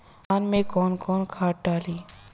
धान में कौन कौनखाद डाली?